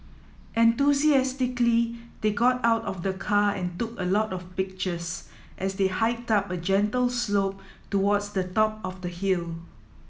enthusiastically they got out of the car and took a lot of pictures as they hiked up a gentle slope towards the top of the hill